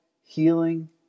healing